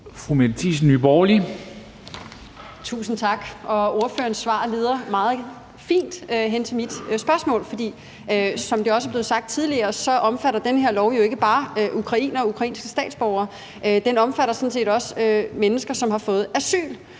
Mette Thiesen (NB): Tusind tak. Ordførerens svar leder meget fint hen til mit spørgsmål, for som det også er blevet sagt tidligere, omfatter den her lov jo ikke bare ukrainske statsborgere. Den omfatter sådan set også mennesker hovedsagelig